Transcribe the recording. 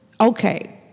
okay